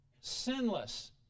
sinless